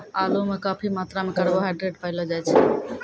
आलू म काफी मात्रा म कार्बोहाइड्रेट पयलो जाय छै